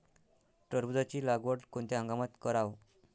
टरबूजाची लागवड कोनत्या हंगामात कराव?